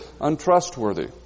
untrustworthy